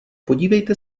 podívejte